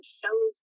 shows